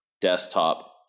desktop